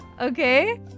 Okay